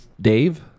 Dave